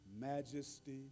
majesty